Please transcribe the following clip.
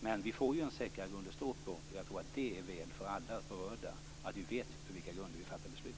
Men vi får ju en säkrare grund att stå på, och jag tror att det är väl för alla berörda att vi vet på vilka grunder vi fattar beslut.